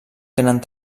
tenen